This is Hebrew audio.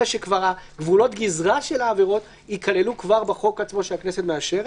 אלא שכבר גבולות הגזרה של העברות ייכללו כבר בחוק עצמו שהכנסת מאשרת.